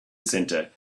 center